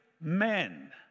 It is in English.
men